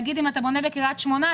נגיד שאתה בונה בקרית שמונה,